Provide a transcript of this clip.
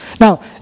Now